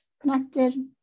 connected